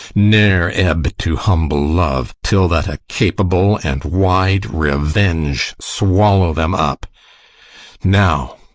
ne'er ebb to humble love, till that a capable and wide revenge swallow them up now,